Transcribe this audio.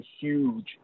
huge